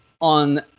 on